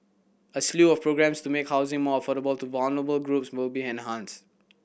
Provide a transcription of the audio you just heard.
a slew of programmes to make housing more affordable to vulnerable groups will be enhanced